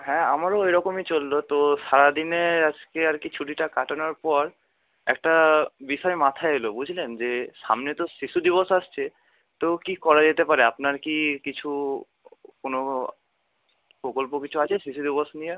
হ্যাঁ আমারও ওইরকমই চলল তো সারা দিনে আজকে আর কি ছুটিটা কাটানোর পর একটা বিষয় মাথায় এল বুঝলেন যে সামনে তো শিশু দিবস আসছে তো কী করা যেতে পারে আপনার কি কিছু কোনো প্রকল্প কিছু আছে শিশু দিবস নিয়ে